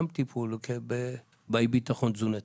גם טיפול באי ביטחון תזונתי.